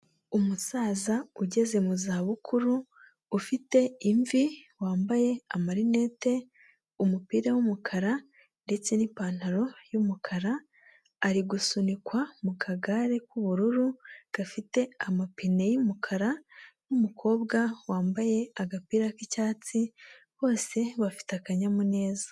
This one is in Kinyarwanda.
Umusaza ugeze mu zabukuru, ufite imvi wambaye amarinete, umupira w'umukara ndetse n'ipantaro y'umukara, ari gusunikwa mu kagare k'ubururu, gafite amapine y'umukara n'umukobwa wambaye agapira k'icyatsi, bose bafite akanyamuneza.